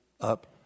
up